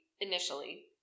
initially